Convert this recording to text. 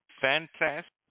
fantastic